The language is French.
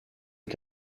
est